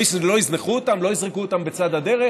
לא יזנחו אותם, לא יזרקו אותם בצד הדרך.